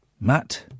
Matt